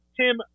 Tim